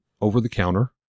over-the-counter